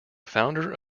founder